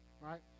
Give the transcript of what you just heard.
Right